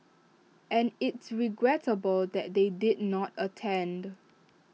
and it's regrettable that they did not attend